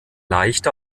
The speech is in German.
leicht